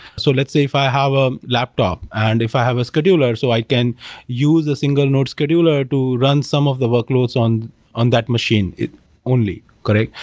so let's say if i have a laptop and if i have a scheduler, so i can use a single node scheduler to run some of the workloads on on that machine only, correct?